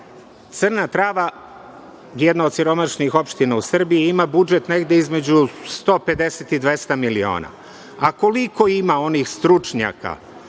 Crna Trava, jedna od siromašnijih opština u Srbiji, ima budžet negde između 150 i 200 miliona, a koliko ima onih stručnjaka